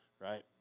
right